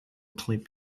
clip